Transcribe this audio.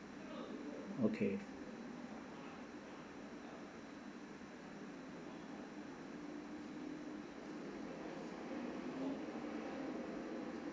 okay